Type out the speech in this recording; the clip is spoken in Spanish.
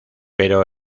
pero